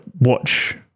watch